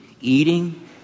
eating